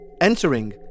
Entering